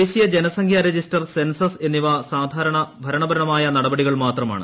ദ്ദേശീയ ജനസംഖ്യാ register census എന്നിവ സാധാരണ ഭരണപൂരമായു നടപടികൾ മാത്രമാണ്